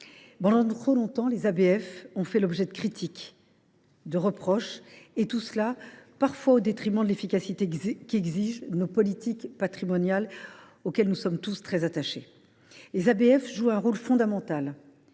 d’incompréhensions. Les ABF ont fait l’objet de critiques, de reproches, parfois au détriment de l’efficacité qu’exigent nos politiques patrimoniales, auxquelles nous sommes tous très attachés. Les ABF jouent un rôle fondamental.